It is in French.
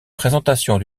présentation